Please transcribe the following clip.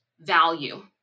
value